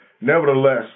Nevertheless